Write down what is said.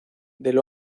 del